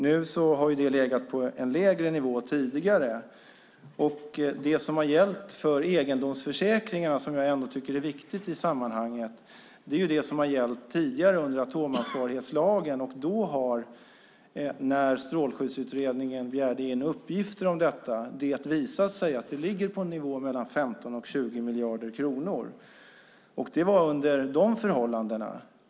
Nu har det legat på en lägre nivå tidigare, och det som har gällt för egendomsförsäkringarna och som jag ändå tycker är viktigt i sammanhanget är det som har gällt tidigare under atomansvarighetslagen. När Strålskyddsutredningen begärde in uppgifter om detta visade det sig att det ligger på en nivå mellan 15 och 20 miljarder kronor. Det var under de förhållandena.